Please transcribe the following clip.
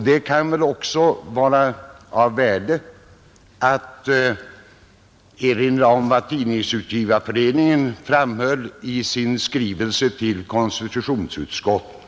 Det kan väl också vara av värde att erinra om vad Tidningsutgivareföreningen framhöll i sin skrivelse till konstitutionsutskottet.